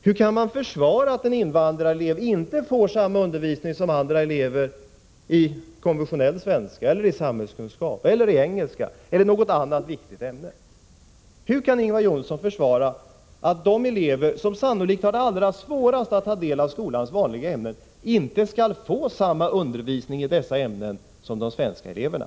Hur kan socialdemokraterna försvara att en invandrarelev inte får samma undervisning som andra elever i svenska, samhällskunskap, engelska eller något annat viktigt ämne? Hur kan Ingvar Johnsson försvara att de elever som sannolikt har det allra svårast att ta del av skolans vanliga ämnen inte skall få samma undervisning i dessa ämnen som de svenska eleverna?